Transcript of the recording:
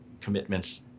commitments